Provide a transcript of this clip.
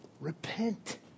Repent